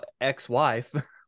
ex-wife